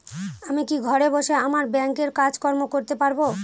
আমি কি ঘরে বসে আমার ব্যাংকের কাজকর্ম করতে পারব?